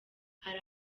hari